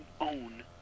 own